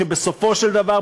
שבסופו של דבר,